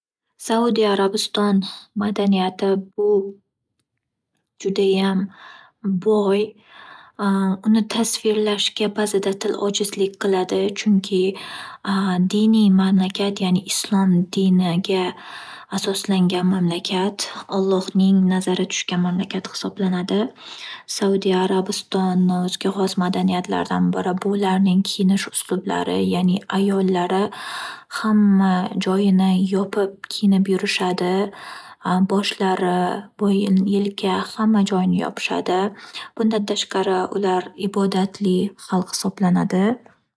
Saudiya arabiston madaniyati bu judayam boy uni tasvirlashga bazida til ojizlik qiladi. Chunki diniy mamlakat ya’ni Islom diniga asoslangan mamlakat hisoblanadi. Allohning nazari tushgan mamlakat hisoblanadi. Saudiya arabistonning kiyinish uslublari ya’ni ayollari hamma joyini yopib kiyinib yurishadi a boshlari boyin yelka hamma joyini yopishadi. Bundan tashqari ular ibodatli xalq hisoblanadi.